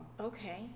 Okay